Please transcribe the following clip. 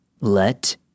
Let